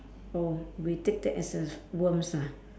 oh we take that as a worms ah